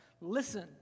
Listen